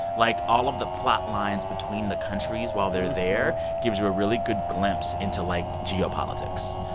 like, all of the plotlines between the countries while they're there gives you a really good glimpse into, like, geopolitics.